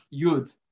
Yud